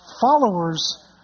followers